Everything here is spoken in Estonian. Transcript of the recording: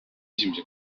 esimese